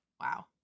Wow